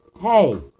hey